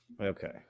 Okay